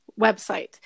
website